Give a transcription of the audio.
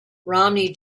romney